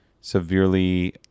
severely